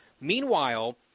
Meanwhile